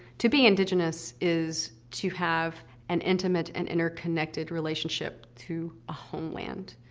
to be indigenous is to have an intimate and interconnected relationship to a homeland.